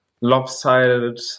lopsided